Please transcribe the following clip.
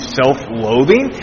self-loathing